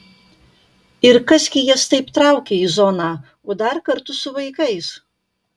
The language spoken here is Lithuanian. ir kas gi jas taip traukia į zoną o dar kartu su vaikais